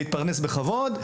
להתפרנס בכבוד.